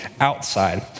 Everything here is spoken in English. outside